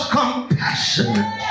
compassionate